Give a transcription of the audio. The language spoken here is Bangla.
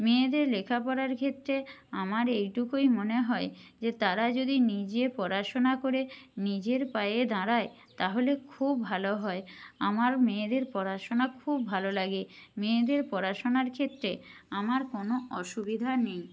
মেয়েদের লেখাপড়ার ক্ষেত্রে আমার এইটুকুই মনে হয় যে তারা যদি নিজে পড়াশোনা করে নিজের পায়ে দাঁড়ায় তাহলে খুব ভালো হয় আমার মেয়েদের পড়াশোনা খুব ভালো লাগে মেয়েদের পড়াশোনার ক্ষেত্রে আমার কোনো অসুবিধা নেই